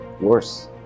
worse